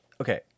okay